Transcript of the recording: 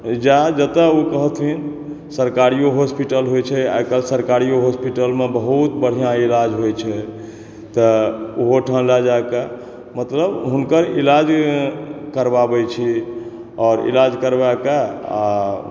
या जतऽ ओ कहथिन सरकारियो हॉस्पिटल होइ छै आइ काल्हि सरकारियो हॉस्पिटल मे बहुत बढ़िआँ इलाज होइ छै तऽ ओहो ठाम लऽ जाकऽ मतलब हुनकर इलाज करबाबै छियै और इलाज करबा कऽ आ